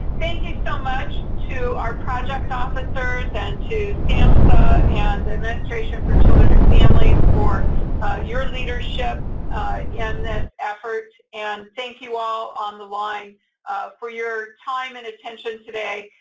thank you so much to our project officers, and to samhsa, and the administration for children and families for your leadership in this effort. thank you all on the line for your time and attention today.